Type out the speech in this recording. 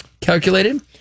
calculated